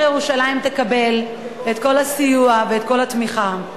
ירושלים תקבל את כל הסיוע ואת כל התמיכה.